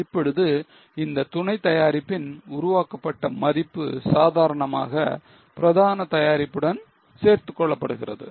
இப்பொழுது இந்த துணை தயாரிப்பின் உருவாக்கப்பட்ட மதிப்பு சாதாரணமாக பிரதான தயாரிப்புடன் சேர்த்து கொள்ளப்படுகிறது